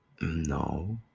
No